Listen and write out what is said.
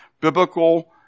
biblical